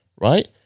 right